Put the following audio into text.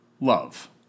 Love